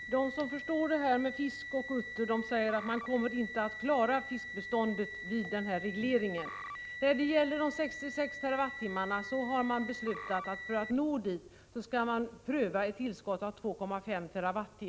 Herr talman! De som förstår detta med fisk och utter säger att man inte kommer att klara fiskbeståndet vid en reglering. När det gäller dessa 66 TWh har man bestämt att för att nå dit skall man pröva ett tillskott på 2,5 TWh.